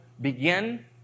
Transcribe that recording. begin